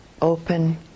open